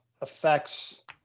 affects